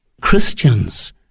Christians